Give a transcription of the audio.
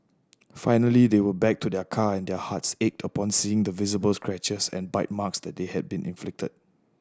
finally they went back to their car and their hearts ached upon seeing the visible scratches and bite marks that had been inflicted